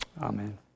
Amen